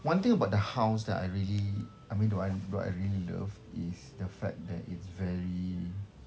one thing about the house that I really I mean do I do I really love is the fact that it's very